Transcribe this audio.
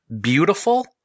beautiful